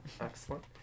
excellent